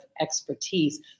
expertise